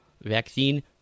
vaccine